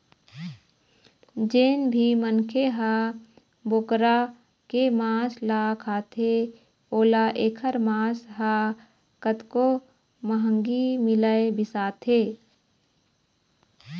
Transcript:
जेन भी मनखे ह बोकरा के मांस ल खाथे ओला एखर मांस ह कतको महंगी मिलय बिसाथे